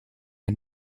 and